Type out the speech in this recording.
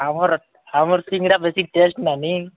ଆମର ଆମର ସିଙ୍ଗଡ଼ା ବେଶୀ ଟେଷ୍ଟ୍ ନାନୀ